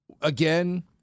again